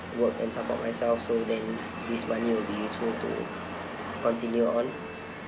work and support myself so then this money will be useful to continue on